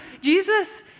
Jesus